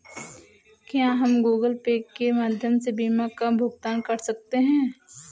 क्या हम Google Pay के माध्यम से बीमा का भुगतान कर सकते हैं?